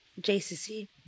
JCC